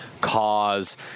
Cause